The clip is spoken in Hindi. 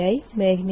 Yik